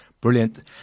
Brilliant